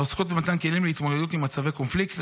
העוסקות במתן כלים להתמודדות עם מצבי קונפליקט,